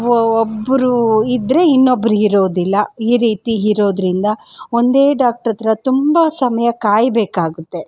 ಒ ಒಬ್ಬರು ಇದ್ದರೆ ಇನ್ನೊಬ್ರು ಇರೋದಿಲ್ಲ ಈ ರೀತಿ ಇರೋದ್ರಿಂದ ಒಂದೇ ಡಾಕ್ಟ್ರ ಹತ್ರ ತುಂಬ ಸಮಯ ಕಾಯಬೇಕಾಗುತ್ತೆ